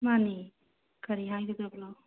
ꯃꯥꯅꯤ ꯀꯔꯤ ꯍꯥꯏꯒꯗꯕꯅꯣ